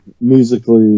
musically